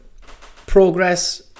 progress